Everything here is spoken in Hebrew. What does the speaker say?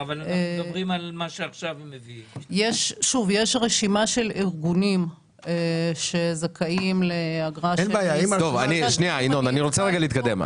יש רשימה של ארגונים שזכאים לאגרה --- אני רוצה להתקדם.